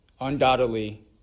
undoubtedly